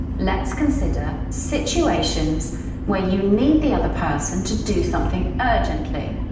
let's consider situations where you need the other person to do something urgently.